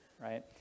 right